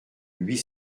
huit